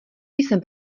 jsem